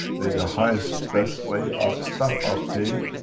the the highest best way our ah staff are paid.